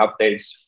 updates